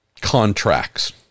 contracts